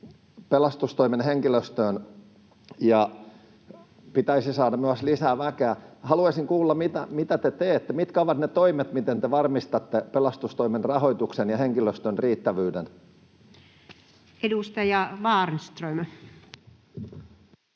pelastustoimen henkilöstöön ja pitäisi saada myös lisää väkeä. Haluaisin kuulla, mitä te teette. Mitkä ovat ne toimet, miten te varmistatte pelastustoimen rahoituksen ja henkilöstön riittävyyden? Edustaja Kvarnström.